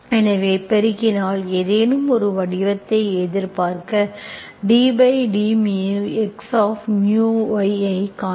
எனவே பெருக்கினால் ஏதேனும் ஒரு வடிவத்தை எதிர்பார்க்க ddxμ y ஐக் காணலாம்